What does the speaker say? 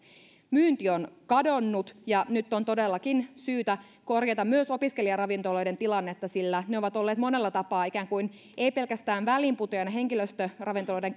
myynti on kadonnut ja nyt on todellakin syytä korjata myös opiskelijaravintoloiden tilannetta sillä ne ovat olleet monella tapaa väliinputoajina eivät pelkästään väliinputoajina henkilöstöravintoloiden